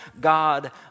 God